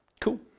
Cool